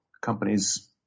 companies